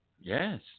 Yes